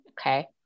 Okay